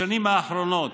בשנים האחרונות